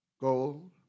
gold